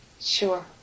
Sure